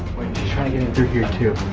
trying to get through here too.